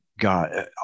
God